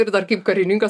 ir dar kaip karininkas